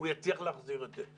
הוא יצליח להחזיר את זה.